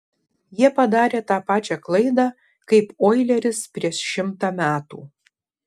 jie padarė tą pačią klaidą kaip oileris prieš šimtą metų